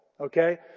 Okay